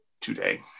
today